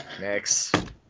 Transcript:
next